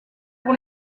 pour